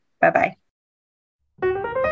Bye-bye